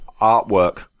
artwork